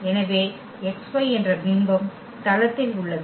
எனவே xy என்ற பிம்பம் தளத்தில் உள்ளது